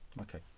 Okay